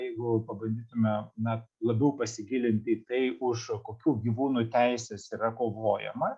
jeigu pabandytume na labiau pasigilinti į tai už kokių gyvūnų teises yra kovojama